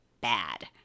bad